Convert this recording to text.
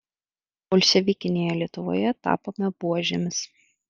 bolševikinėje lietuvoje tapome buožėmis